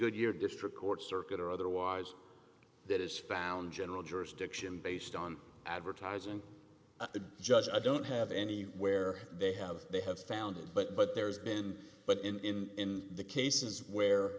goodyear district court circuit or otherwise that is found general jurisdiction based on advertising and the judge i don't have any where they have they have found it but but there's been but in the cases where